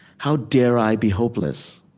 how dare i be hopeless?